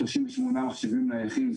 38 מחשבים נייחים.